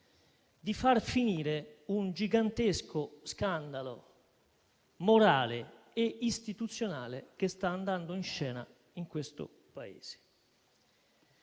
di far finire un gigantesco scandalo morale e istituzionale che sta andando in scena in questo Paese.